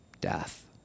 Death